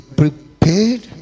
prepared